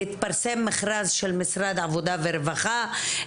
יתפרסם מכרז של משרד העבודה והרווחה,